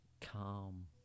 calm